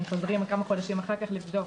אם חוזרים כמה חודשים לאחר מכן לבדוק.